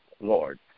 Lord